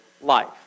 life